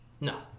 No